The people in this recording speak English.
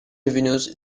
revenues